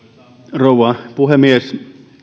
rouva puhemies